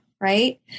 right